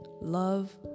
love